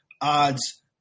odds